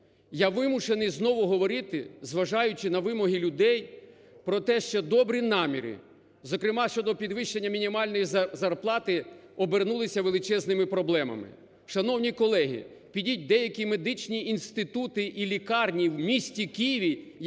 Я вимушений знову говорити, зважаючи на вимоги людей про те, що добрі наміри, зокрема щодо підвищення мінімальної зарплати обернулися величезними проблемами. Шановні колеги, підіть в деякі медичні інститути і лікарні в місті Києві,